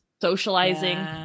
socializing